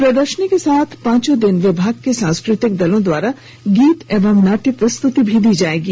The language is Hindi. प्रदर्शनी के साथ पांचों दिन विभाग के सांस्कृतिक दलों द्वारा गीत एवं नाट्य प्रस्तृति भी दी जाएगी